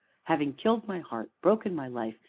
having killed my heart, broken my life,